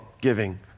giving